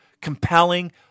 Compelling